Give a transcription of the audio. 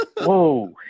Whoa